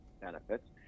benefits